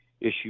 issue